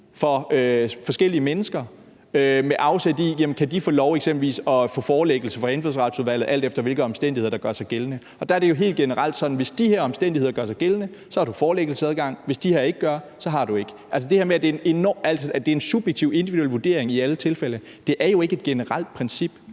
for forskellige mennesker, med afsæt i, om de eksempelvis kan få lov at få forelæggelse for Indfødsretsudvalget, alt efter hvilke omstændigheder der gør sig gældende. Og der er det jo helt generelt sådan, at hvis visse omstændigheder gør sig gældende, så har du forelæggelsesadgang, og hvis de ikke gør, har du ikke. Det her med, at det er en subjektiv individuelvurdering i alle tilfælde, er jo ikke et generelt princip